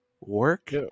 work